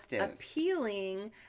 appealing